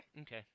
Okay